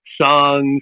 songs